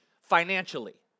financially